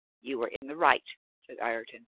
you are in the right, said ireton.